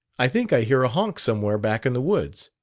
i think i hear a honk somewhere back in the woods.